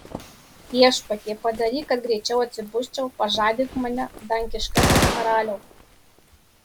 viešpatie padaryk kad greičiau atsibusčiau pažadink mane dangiškasis karaliau